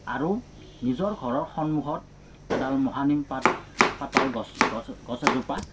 আৰু নিজৰ ঘৰৰ সন্মুখত এডাল মহানিম পাত পাতৰ গছ গছ গছ এজোপা